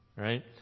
Right